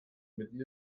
mitten